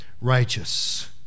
righteous